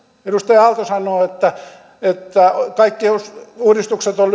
edustaja aalto sanoo että kaikki uudistukset on